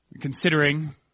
Considering